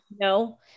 No